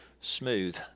smooth